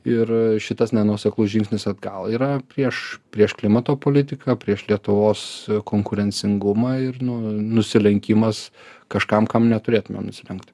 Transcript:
ir šitas nenuoseklus žingsnis atgal yra prieš prieš klimato politiką prieš lietuvos konkurencingumą ir nu nusilenkimas kažkam kam neturėtumėm nusilenkt